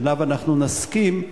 שעליו אנחנו נסכים,